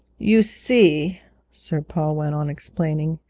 you see sir paul went on explaining,